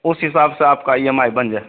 उस हिसाब से आपका ई एम आई बन जाए